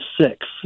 six